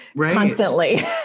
constantly